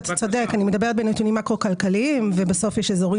אתה צודק אני מדברת בנתונים מקרו-כלכליים ובסוף יש אזורים